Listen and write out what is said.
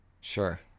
Sure